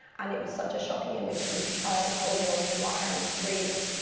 and it was such a shocking image of this child holding onto wire and screaming